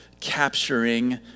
capturing